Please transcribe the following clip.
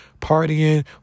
partying